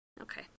Okay